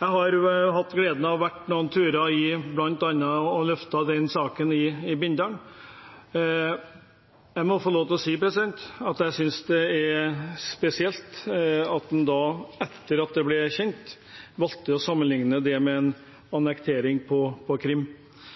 Jeg har hatt gleden av å være på noen turer for bl.a. å løfte den saken i Bindal. Jeg må si at jeg synes det er spesielt at man, etter at det ble kjent, valgte å sammenligne det med annektering av Krim. I Bindal oppfattet jeg møtet som veldig konstruktivt og framoverlent, og man så på